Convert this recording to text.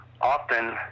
Often